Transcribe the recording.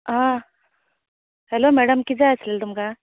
हं hello madam कितें जाय आसलें तुमकां